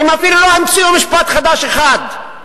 הם אפילו לא השמיעו משפט חדש אחד,